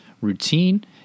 routine